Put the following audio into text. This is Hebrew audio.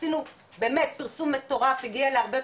עשינו באמת פרסום מטורף הגיע להרבה,